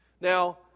Now